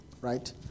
right